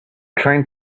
trying